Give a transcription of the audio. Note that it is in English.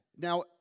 Now